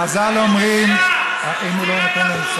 חז"ל אומרים, בושה.